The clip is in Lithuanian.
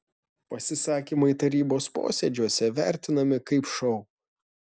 pasisakymai tarybos posėdžiuose vertinami kaip šou